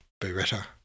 Beretta